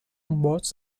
boards